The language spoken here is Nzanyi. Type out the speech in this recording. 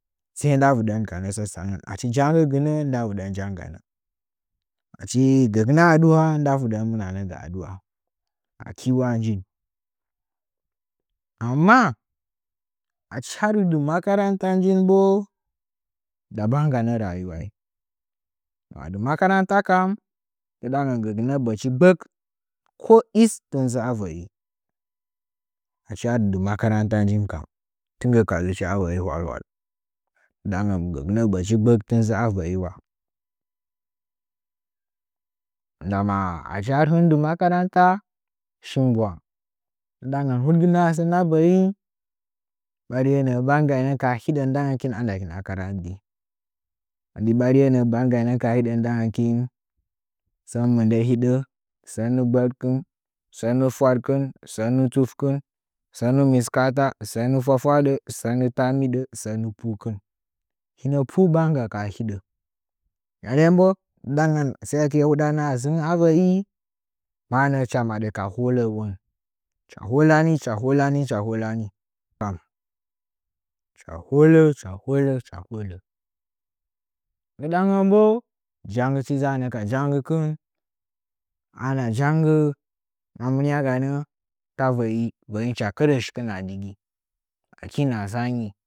Sai ndavɨdən ganə sə sangən janggɨ gɨnə ndaviɗən jangganə achi gəginə adu’a ndaki dən mɨna nəgə adu’a aki ula nji amma achi har dɨ makaranta njin bo dabang ganə rayuwai madɨ makaranta kam ndɨɗangən gəginə bəchi gbək ko ɗis tɨn dzu a və’i achi di makaranta njin kam tɨn gɨ ka dzɨ chi a və’i hwal hwal ndɨɗangən gəgɨnə bə chi gbək tɨn dzu a vəi wa ndan achi hɨn dɨ makaranta shin bwang ndɨdangən hudɨginə adzɨna və’i ɓariye nə’ə ban gainə kaha hidə ndakin nda kina karadi di ɓariye nə’ə bangainə kaha hidə nda ngakin sən mɨndə hidə sən nggɨ gbəkkɨn səm nggɨ fwadkɨn sən nggɨ tufkɨn sən nggɨ mɨskaata sən gnggɨ fwafwadə sən ngji taambiɗə sən nggɨ pu’akɨn hinə pu banga kaha hidə haringən bo ye kekitye hudanə adən a və’i maa nə’ə hɨcha maɗə ka holowon hɨcha hollani hɨcha hollani hɨcha hollə hɨcha hollə ndɨdangɨn bo janggɨchi dzaannə ka janggɨkɨn ana janggə ma mɨniaganə ta və’i və’ina karə shikɨn adigi aki hɨna nzangin.